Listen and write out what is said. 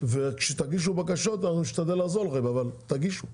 וכשתגישו בקשות אנחנו נשתדל לעזור לכם, אבל תגישו.